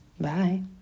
Bye